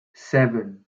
seven